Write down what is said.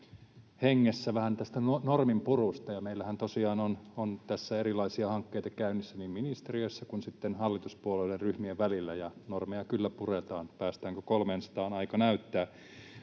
hengessä vähän tästä norminpurusta. Meillähän tosiaan on tässä erilaisia hankkeita käynnissä niin ministeriössä kuin hallituspuolueiden ryhmien välillä. Normeja kyllä puretaan — sen, päästäänkö 300:aan, aika näyttää.